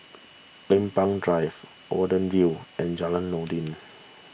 Lempeng Drive Watten View and Jalan Noordin